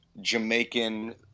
Jamaican